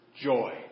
joy